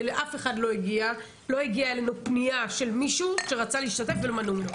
ומאף אחד לא הגיעה אלינו פנייה של מישהו שרצה להשתתף ומנעו ממנו.